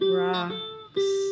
rocks